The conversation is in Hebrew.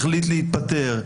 החליט להתפטר,